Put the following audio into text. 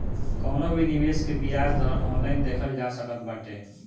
कवनो भी निवेश के बियाज दर ऑनलाइन देखल जा सकत बाटे